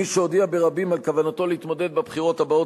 מי שהודיע ברבים על כוונתו להתמודד בבחירות הבאות